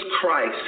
Christ